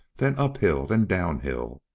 then uphill, then downhill,